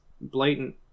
blatant